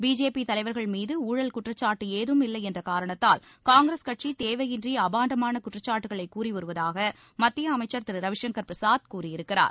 BJP தலைவர்கள் மீது ஊழல் குற்றச்சாட்டு ஏதும் இல்லை என்ற காரணத்தால் காங்கிரஸ் கட்சி தேவையின்றி அபாண்டமான குற்றச்சாட்டுக்களை கூறி வருவதாக மத்திய அமைச்சர் திரு ரவிசங்கள் பிரசாத் கூறியிருக்கிறார்